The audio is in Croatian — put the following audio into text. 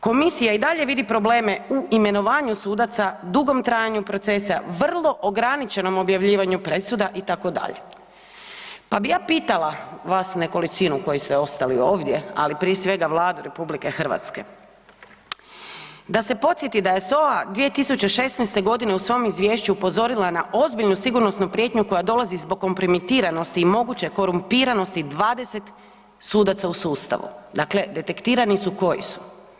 Komisija i dalje vidi probleme u imenovanju sudaca, dugom trajanju procesa, vrlo ograničenom objavljivanjem presuda itd., pa bih ja pitala vas nekolicinu koji ste ostali ovdje, ali prije svega Vladu RH, da se podsjeti da je SOA 2016. godine u svom izvješću upozorila na ozbiljnu sigurnosnu prijetnju koja dolazi zbog kompromitiranosti i moguće korumpiranosti 20 sudaca u sustavu, dakle detektirani su koji su.